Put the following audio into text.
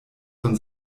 von